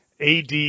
AD